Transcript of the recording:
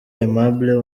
aimable